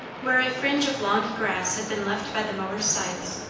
where a fringe of long grass had been left by the mowers' scythes,